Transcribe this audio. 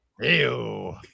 Ew